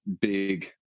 big